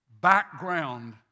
background